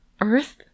Earth